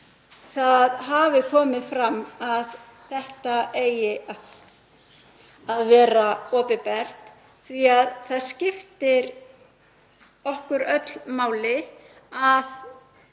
það hafi komið fram að þetta eigi að vera opinbert því að það skiptir okkur öll máli að